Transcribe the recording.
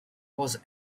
was